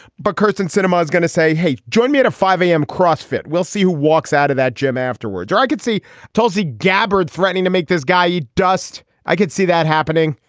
but kirsten cinema is going to say, hey, join me at a five a m. crossfit. we'll see who walks out of that gym afterwards. i could see tulsi gabbard threatening to make this guy yee dust. i could see that happening.